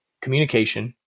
communication